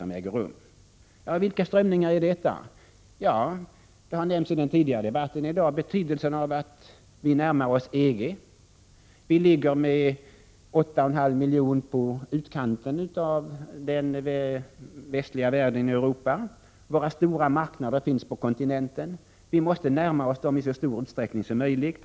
Som exempel på nya strömningar kan jag peka på att tidigare i dagens debatt har nämnts betydelsen av att vi närmar oss EG. Vi ligger med 8,5 miljoner människor i utkanten av Västeuropa. Våra stora marknader finns på kontinenten. Vi måste närma oss dem i så stor utsträckning som möjligt.